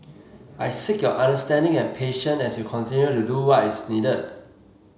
I seek your understanding and patience as we continue to do what is needed